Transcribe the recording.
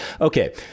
Okay